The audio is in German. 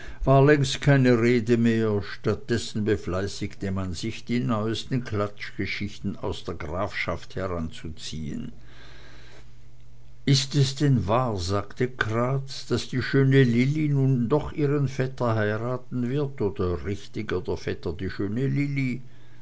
war langst keine rede mehr statt dessen befleißigte man sich die neuesten klatschgeschichten aus der grafschaft heranzuziehen ist es denn wahr sagte kraatz daß die schöne lilli nun doch ihren vetter heiraten wird oder richtiger der vetter die schöne lilli